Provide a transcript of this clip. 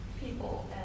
people